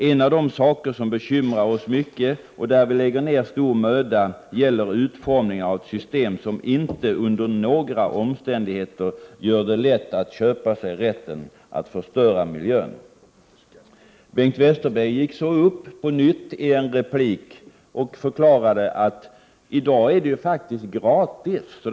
En av de saker som bekymrar oss mycket och där vi lägger ned stor möda gäller utformningen av ett system som inte under några omständigheter gör det lätt att köpa sig rätten att förstöra miljön.” Bengt Westerberg gick så upp på nytt för en replik och förklarade att i dag är det ju faktiskt gratis för företagen.